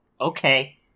Okay